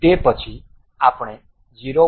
તે પછી આપણે 0